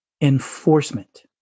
enforcement